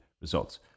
results